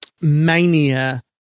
mania